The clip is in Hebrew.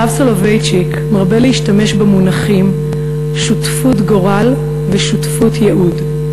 הרב סולובייצ'יק מרבה להשתמש במונחים "שותפות גורל" ו"שותפות ייעוד".